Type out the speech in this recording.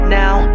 now